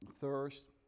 thirst